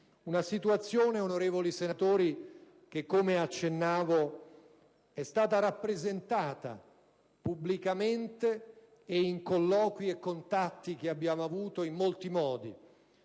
internazionali. Onorevoli senatori, la situazione - come accennavo - è stata rappresentata pubblicamente e in colloqui e contatti che abbiamo avuto in molti modi.